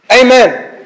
amen